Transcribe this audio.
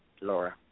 Laura